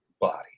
body